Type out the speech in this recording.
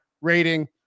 rating